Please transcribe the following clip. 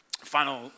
Final